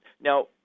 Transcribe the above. Now